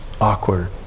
awkward